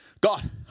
God